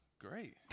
great